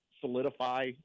solidify